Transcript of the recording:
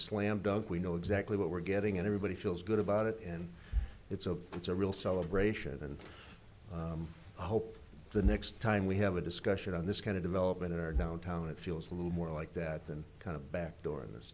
slam dunk we know exactly what we're getting and everybody feels good about it and it's a it's a real celebration and i hope the next time we have a discussion on this kind of development in our downtown it feels a little more like that than kind of a back door in th